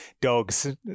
dogs